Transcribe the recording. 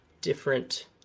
different